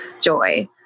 joy